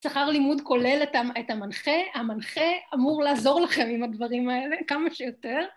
שכר לימוד כולל את המנחה, המנחה אמור לעזור לכם עם הדברים האלה כמה שיותר.